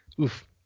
Oof